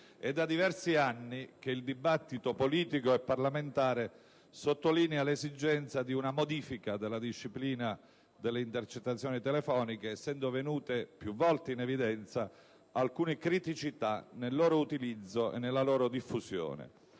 è da diversi anni che il dibattito politico e parlamentare sottolinea l'esigenza di una modifica della disciplina delle intercettazioni telefoniche essendo venute più volte in evidenza alcune criticità nel loro utilizzo e nella loro diffusione.